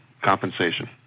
compensation